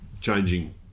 changing